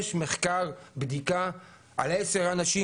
יש מחקר בדיקה על עשרה אנשים,